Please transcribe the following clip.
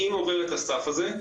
אם עובר את הסף הזה,